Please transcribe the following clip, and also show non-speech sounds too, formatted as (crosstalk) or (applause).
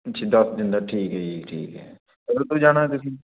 ਜੀ ਦਸ ਦਿਨ ਦਾ ਠੀਕ ਹੈ ਜੀ ਠੀਕ ਹੈ (unintelligible) ਜਾਣਾ ਤੁਸੀਂ